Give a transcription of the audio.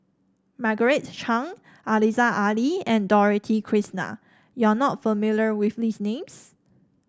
Margaret Chan Aziza Ali and Dorothy Krishnan you are not familiar with these names